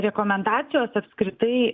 rekomendacijos apskritai